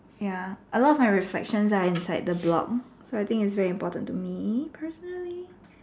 ya a lot of my reflections are inside the blog so I think it is very important to me personally